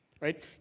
right